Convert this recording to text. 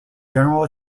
general